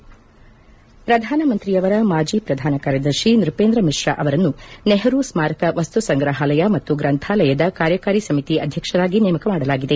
ಮುಖ್ಯಾಂಶ ಪ್ರಧಾನಮಂತ್ರಿಯವರ ಮಾಜಿ ಪ್ರಧಾನ ಕಾರ್ಯದರ್ಶಿ ನ್ಬಪೇಂದ್ರ ಮಿಶ್ರ ಅವರನ್ನು ನೆಹರೂ ಸ್ಟಾರಕ ವಸ್ತು ಸಂಗ್ರಹಾಲಯ ಮತ್ತು ಗ್ರಂಥಾಲಯದ ಕಾರ್ಯಕಾರಿ ಸಮಿತಿ ಅಧ್ಯಕ್ಷರಾಗಿ ನೇಮಕ ಮಾಡಲಾಗಿದೆ